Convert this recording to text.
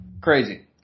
crazy